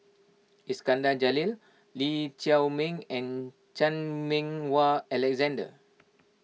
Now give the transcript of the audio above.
Iskandar Jalil Lee Chiaw Meng and Chan Meng Wah Alexander